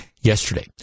yesterday